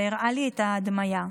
והראה לי את ההדמיה.